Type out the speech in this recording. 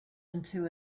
into